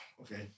okay